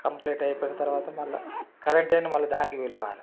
complete అయిపోయిన తర్వాత మళ్ళా కరంట్ ఆయనని మళ్ళా దానికి పిలవాలి